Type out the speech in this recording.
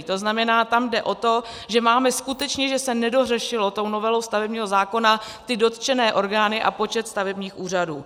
To znamená, tam jde o to, že máme skutečně že se nedořešily tou novelou stavebního zákona ty dotčené orgány a počet stavebních úřadů.